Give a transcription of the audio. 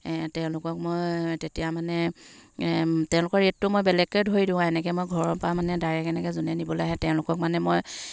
তেওঁলোকক মই তেতিয়া মানে তেওঁলোকৰ ৰেটটো মই বেলেগকৈ ধৰি দিওঁ আৰু এনেকৈ মই ঘৰৰপৰা মানে ডাইৰেক্ট এনেকৈ যোনে নিবলৈ আহে তেওঁলোকক মানে মই